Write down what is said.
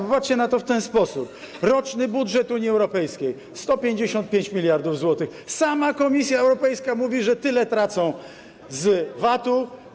Popatrzcie na to w ten sposób, roczny budżet Unii Europejskiej 155 mld zł, sama Komisja Europejska mówi, że tyle tracą z VAT-u.